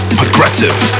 progressive